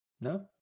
No